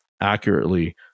accurately